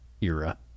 era